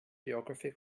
geography